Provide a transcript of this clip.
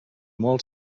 molt